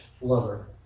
lover